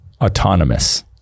autonomous